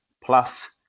plus